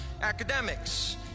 academics